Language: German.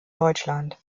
deutschland